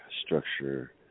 structure